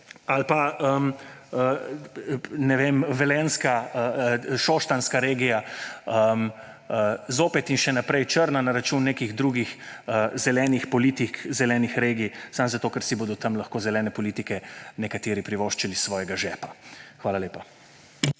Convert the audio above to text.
ali pa, ne vem, velenjska, šoštanjska regija zopet in še naprej črna na račun nekih drugih zelenih politik zelenih regij, samo zato ker si bodo tam lahko zelene politike nekateri privoščili iz svojega žepa. Hvala lepa.